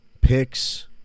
picks